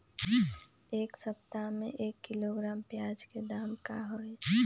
एक सप्ताह में एक किलोग्राम प्याज के दाम का होई?